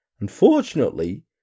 Unfortunately